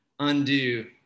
undo